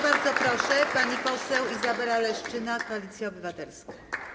Bardzo proszę, pani poseł Izabela Leszczyna, Koalicja Obywatelska.